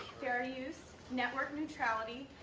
fair use, network neutrality,